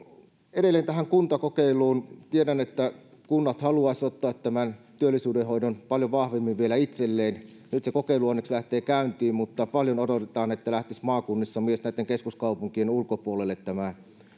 edelleen tähän kuntakokeiluun tiedän että kunnat haluaisivat ottaa työllisyyden hoidon vielä paljon vahvemmin itselleen nyt se kokeilu onneksi lähtee käyntiin mutta paljon odotetaan että lähtisi maakunnissa myös näitten keskuskaupunkien ulkopuolelle tämä